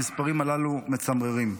המספרים הללו מצמררים.